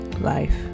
life